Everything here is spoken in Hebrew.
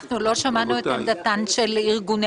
--- אנחנו לא שמענו את עמדת נציגות אירגוני